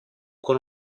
con